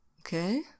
Okay